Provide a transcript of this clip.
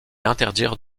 interdire